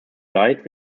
died